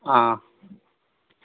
অ'